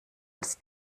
als